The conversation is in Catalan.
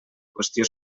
qüestió